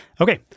okay